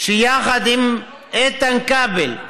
שיחד עם איתן כבל,